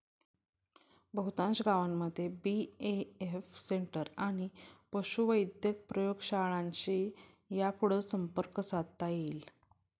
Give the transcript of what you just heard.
बहुतांश गावांमध्ये BAF centre आणि पशुवैद्यक प्रयोगशाळांशी यापुढं संपर्क साधता येईल